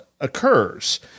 occurs